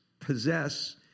possess